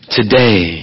today